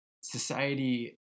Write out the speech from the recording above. society